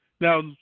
Now